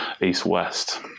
east-west